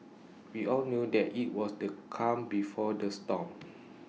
we all knew that IT was the calm before the storm